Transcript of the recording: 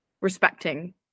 respecting